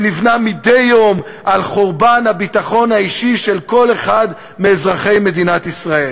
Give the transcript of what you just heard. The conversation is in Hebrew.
שנבנה מדי יום על חורבן הביטחון האישי של כל אחד מאזרחי מדינת ישראל.